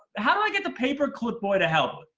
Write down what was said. how do i get the paper-clip boy to help?